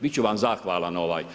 Bit ću vam zahvalan.